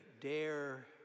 dare